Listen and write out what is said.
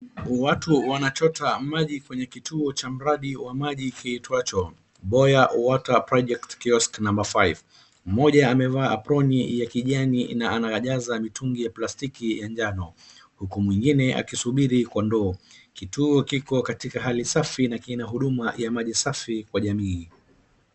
Watu wanachota maji kwenye kituo cha mradi wa maji kiitwacho Boya Water Project Kiosk Number 5. Moja amevaa aproni ya kijani na anajaza mitungi ya plastiki ya njano uku mwingine akisubiri kwa ndoo. Kituo kiko katika hali safi na kina huduma ya maji safi kwa jamii.